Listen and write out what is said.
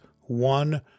one